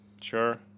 Sure